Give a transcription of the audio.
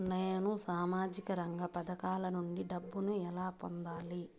నేను సామాజిక రంగ పథకాల నుండి డబ్బుని ఎలా పొందాలి?